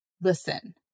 Listen